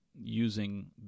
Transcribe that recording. using